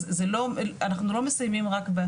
אז אנחנו לא מסיימים רק,